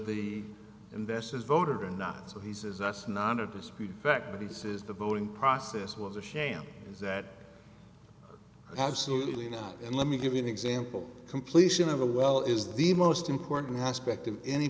the investors voted or not so he says that's not a disputed fact but he says the voting process was a sham is that absolutely not and let me give you an example completion of a well is the most important aspect of any